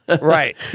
Right